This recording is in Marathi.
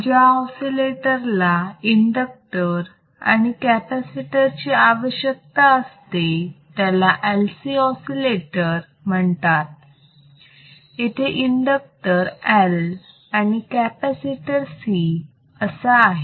ज्या ऑसिलेटर ला इंडक्टर आणि कॅपॅसिटर ची आवश्यकता असते त्याला LC ऑसिलेटर म्हणतात इथे इंडक्टर L आणि कॅपॅसिटर C असा आहे